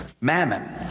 mammon